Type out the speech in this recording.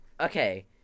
Okay